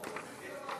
חוק